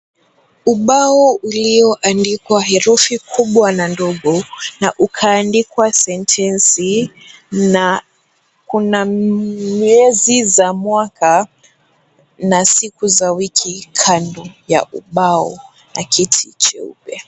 Ubao ulioandikwa herufi kubwa na ndogo na ukaandikwa sentensi na kuna miezi za mwaka na siku za wiki kando ya ubao na kiti cheupe.